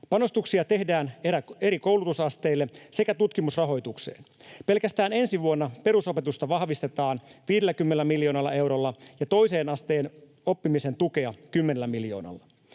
Panostuksia tehdään eri koulutusasteille sekä tutkimusrahoitukseen. Pelkästään ensi vuonna perusopetusta vahvistetaan 50 miljoonalla eurolla ja toisen asteen oppimisen tukea 10 miljoonalla.